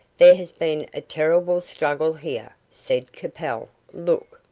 there has been a terrible struggle here, said capel. look.